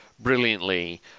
brilliantly